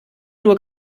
nur